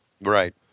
Right